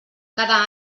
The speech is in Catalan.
cada